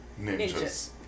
ninjas